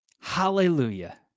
Hallelujah